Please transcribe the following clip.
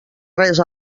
res